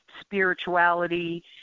spirituality